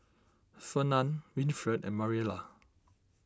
Fernand Winfred and Mariela